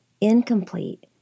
incomplete